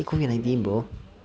COVID nineteen bro